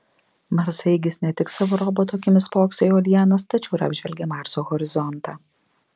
marsaeigis ne tik savo roboto akimis spokso į uolienas tačiau ir apžvelgia marso horizontą